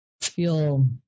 feel